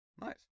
nice